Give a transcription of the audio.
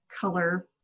color